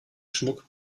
schmuck